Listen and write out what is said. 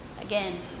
Again